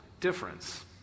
difference